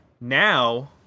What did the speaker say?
Now